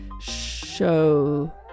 show